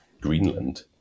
Greenland